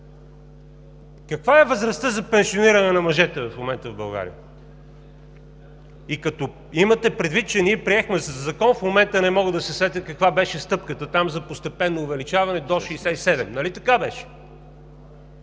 Каква е възрастта за пенсиониране на мъжете в момента в България, като имате предвид, че ние приехме със закон – в момента не мога да се сетя там каква беше стъпката, за постепенно увеличаване до 67, нали така беше?